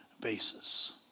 basis